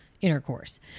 intercourse